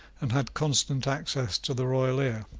and had constant access to the royal ear.